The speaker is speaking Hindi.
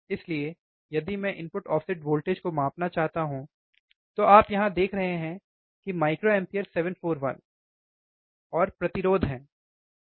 इसलिए यदि मैं इनपुट ऑफसेट वोल्टेज को मापना चाहता हूं तो आप यहां देख रहे हैं कि uA741 प्रतिरोध हैं